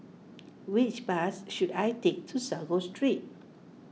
which bus should I take to Sago Street